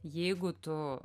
jeigu tu